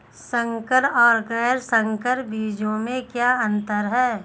संकर और गैर संकर बीजों में क्या अंतर है?